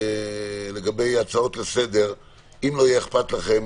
לגבי הצעות לסדר - אם לא אכפת לכם,